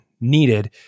needed